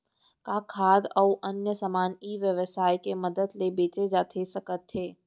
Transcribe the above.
का खाद्य अऊ अन्य समान ई व्यवसाय के मदद ले बेचे जाथे सकथे?